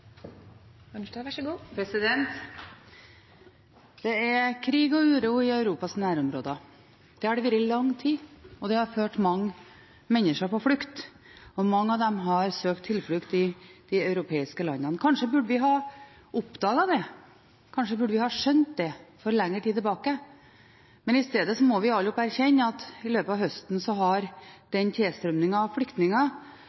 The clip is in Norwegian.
krig og uro i Europas nærområder. Det har det vært i lang tid, og det har ført til at mange mennesker er på flukt. Mange av dem har søkt tilflukt i de europeiske landene. Kanskje burde vi ha oppdaget det. Kanskje burde vi har skjønt det for lenge siden. Men i stedet må vi alle erkjenne at i løpet av høsten har tilstrømmingen av flyktninger fra Europas nærområder blitt en utfordring, som vi har